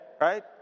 right